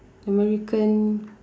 American